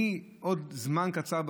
שעוד זמן קצר,